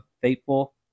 faithful